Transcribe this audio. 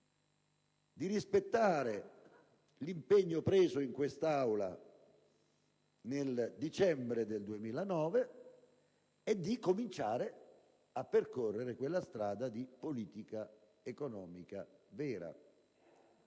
di rispettare l'impegno preso in quest'Aula nel dicembre 2009 e di cominciare a percorrere quella strada di politica economica vera)